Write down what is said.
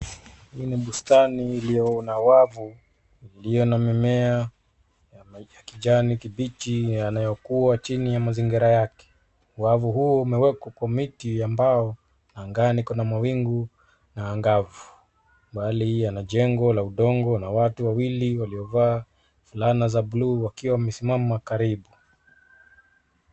Hii ni bustani iliyo na wavu, iliyona mimea ya kijani kibichi yanayo kua chini ya mazingira yake. Wavu huu umewekwa kwa miti ambao angani kuna mawingu na angavu, mbali yana jengo la udongo na watu wawili ambao wamevaa fulana za blue wakiwa wamesimama karibu.